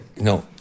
No